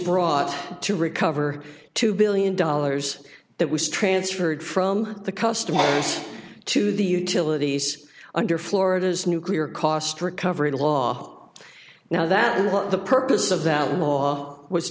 brought to recover two billion dollars that was transferred from the customer to the utilities under florida's nuclear cost recovery law now that the purpose of that